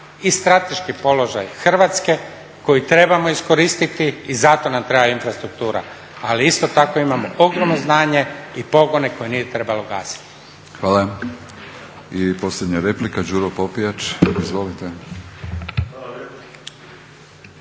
i strateški položaj Hrvatske koji trebamo iskoristiti i zato nam treba infrastruktura, ali isto tako imamo ogromno znanje i pogone koje nije trebalo gasiti. **Batinić, Milorad (HNS)** Hvala. I posljednja replika Đuro Popijač. Izvolite.